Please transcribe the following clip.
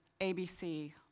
ABC